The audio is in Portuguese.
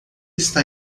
está